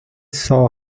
saw